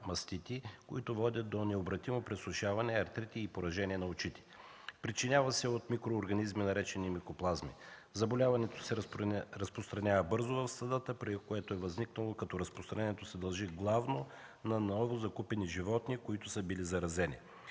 които водят до необратимо пресушаване, артрити и поражения на очите. Причинява се от микроорганизми, наречени „микоплазми”. Заболяването се разпространява бързо в стадото, при което е възникнало, като разпространението се дължи главно на новозакупени животни, които са били заразени.